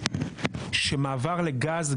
שמעבר לגז,